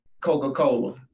Coca-Cola